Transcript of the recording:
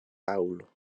paŭlo